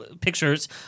pictures